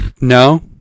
No